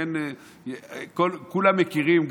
כולם מכירים,